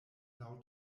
laŭ